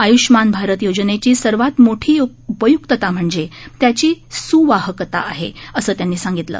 आय्ष्मान भारत योजनेची सर्वात मोठी उपय्क्तता म्हणजे त्याची स्वाहकता आहे असं त्यांनी सांगितलं